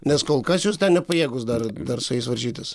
nes kol kas jūs ten nepajėgūs dar dar su jais varžytis